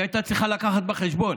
היא הייתה צריכה להביא בחשבון